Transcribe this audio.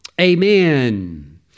Amen